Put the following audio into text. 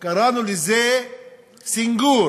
קראנו לזה סנגור,